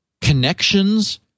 connections